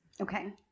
okay